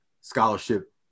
scholarship